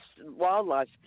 wildlife